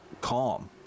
calm